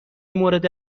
مورد